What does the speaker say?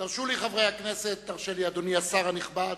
תרשו לי, חברי הכנסת, תרשה לי, אדוני השר הנכבד,